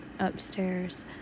Upstairs